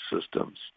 systems